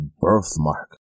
birthmark